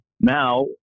now